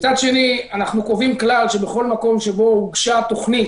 מצד שני אנחנו קובעים כלל שבכל מקום שבו הוגשה תוכנית,